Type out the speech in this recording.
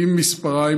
עם מספריים,